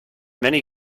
many